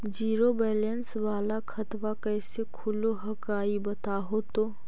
Zero balance वाला खतवा कैसे खुलो हकाई बताहो तो?